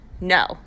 No